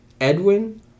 Edwin